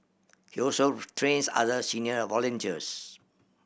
he also trains other senior volunteers